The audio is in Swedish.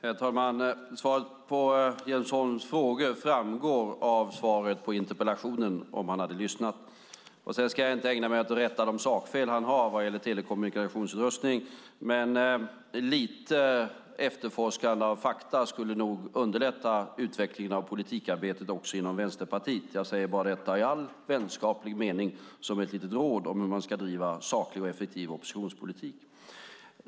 Herr talman! Svaret på Jens Holm frågor framgår av svaret på interpellationen, om han hade lyssnat. Jag ska inte ägna mig åt att rätta de sakfel han har vad gäller telekommunikationsutrustning. Men lite efterforskande av fakta skulle nog underlätta utvecklingen av politikarbetet också inom Vänsterpartiet; jag säger detta i all vänskaplig mening som ett litet råd om hur man ska driva saklig och effektiv oppositionspolitik.